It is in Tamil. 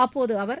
அப்போது அவர்